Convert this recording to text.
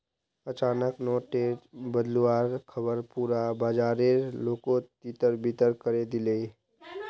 अचानक नोट टेर बदलुवार ख़बर पुरा बाजारेर लोकोत तितर बितर करे दिलए